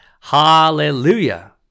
Hallelujah